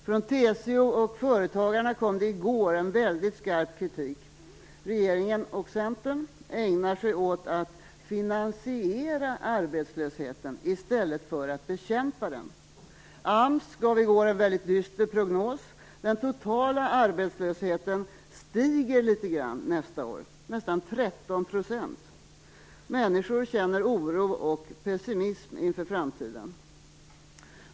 Från TCO och Företagarna kom det i går en väldigt skarp kritik. Regeringen och Centern ägnar sig åt att finansiera arbetslösheten, i stället för att bekämpa den. AMS gav i går en väldigt dyster prognos. Den totala arbetslösheten stiger litet grand nästa år - nästan 13 %. Människor känner oro och pessimism inför framtiden.